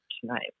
tonight